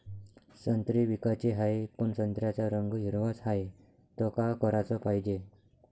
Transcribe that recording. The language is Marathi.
संत्रे विकाचे हाये, पन संत्र्याचा रंग हिरवाच हाये, त का कराच पायजे?